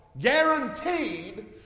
guaranteed